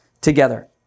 together